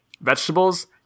vegetables